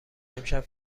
امشب